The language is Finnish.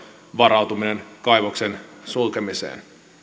varautuminen kaivoksen sulkemiseen